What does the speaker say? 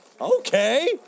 Okay